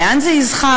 לאן זה יזחל,